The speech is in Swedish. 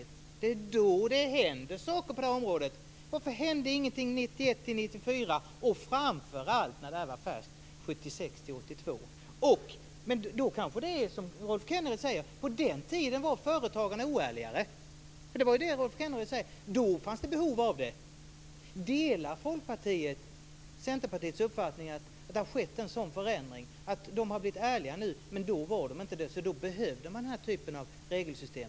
Det är då det händer saker på det här området. Varför hände ingenting 1991-1994 och, framför allt, när det här var färskt, alltså 1976-1982? Då kanske det är som Rolf Kenneryd säger, att företagarna var oärligare på den tiden. Det är ju det Rolf Kenneryd säger. Då fanns det behov av det. Delar Folkpartiet Centerpartiets uppfattning att det har skett en sådan förändring, att de har blivit ärligare nu än de var då och att man då behövde den här typen av regelsystem?